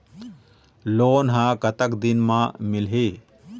Loan ह कतक दिन मा मिलही?